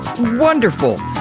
Wonderful